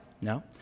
No